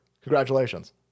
Congratulations